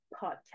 podcast